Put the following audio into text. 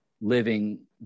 living